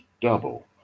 double